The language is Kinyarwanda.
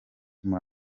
muri